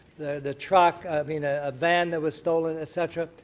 the truck i mean, a van that was stolen, et cetera.